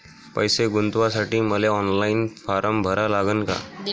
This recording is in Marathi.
पैसे गुंतवासाठी मले ऑनलाईन फारम भरा लागन का?